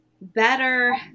better